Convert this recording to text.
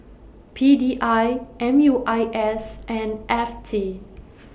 P D I M U I S and F T